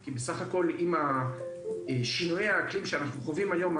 כי בסך הכל עם שינויי האקלים שאנחנו חווים היום,